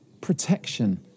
protection